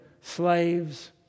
slaves